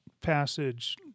passage